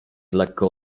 lekko